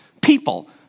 People